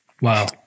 Wow